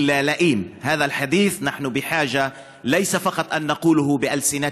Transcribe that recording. הוא המכובד, ומי שמשפיל אותן הוא השפל".